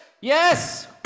yes